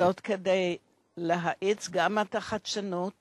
בדגש על החדשנות